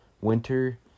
winter